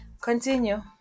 continue